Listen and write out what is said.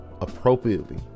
appropriately